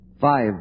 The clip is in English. five